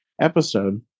episode